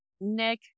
Nick